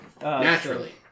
Naturally